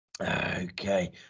Okay